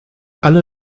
alle